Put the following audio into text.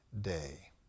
day